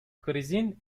krizin